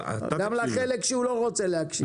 גם לחלק שהוא לא רוצה לשמוע.